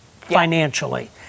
financially